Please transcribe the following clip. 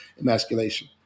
emasculation